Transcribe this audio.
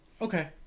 okay